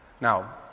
Now